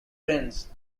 brains